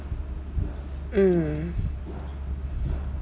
mm